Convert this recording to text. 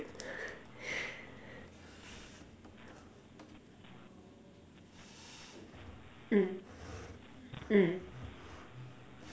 mm mm